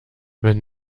wenn